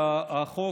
שהחוק,